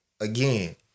again